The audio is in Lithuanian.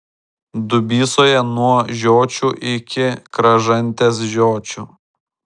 dubysoje nuo žiočių iki kražantės žiočių